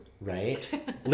Right